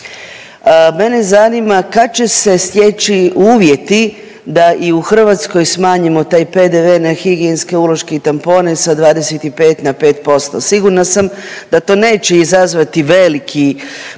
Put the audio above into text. Mene zanima kad će se steći uvjeti da i u Hrvatskoj smanjimo taj PDV na higijenske uloške i tampone sa 25 na 5%? Sigurna sam da to neće izazvati veliki problem